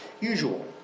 usual